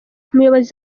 umuyobozi